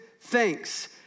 thanks